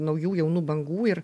naujų jaunų bangų ir